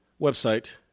website